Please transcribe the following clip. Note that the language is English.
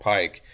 Pike